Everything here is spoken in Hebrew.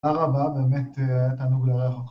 תודה רבה, באמת היה תענוג לארח אותך